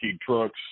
trucks